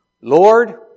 Lord